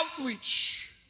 outreach